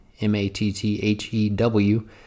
M-A-T-T-H-E-W